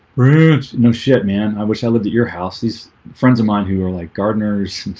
rude, no shit, man. i wish i lived at your house these friends of mine who are like gardeners